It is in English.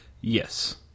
Yes